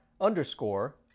underscore